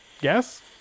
Yes